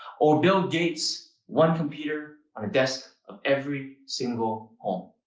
or bill gates one computer on a desk of every single home.